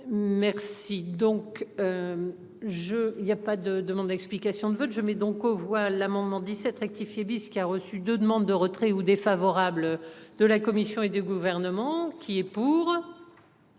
Merci donc. Je il y a pas de demande d'explications de vote, je mets donc aux voix l'amendement 17 rectifier bis qui a reçu de demande de retrait ou défavorable de la Commission et du gouvernement. Qui est pour.